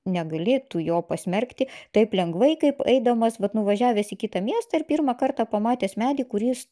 negali tu jo pasmerkti taip lengvai kaip eidamas vat nuvažiavęs į kitą miestą ir pirmą kartą pamatęs medį kuris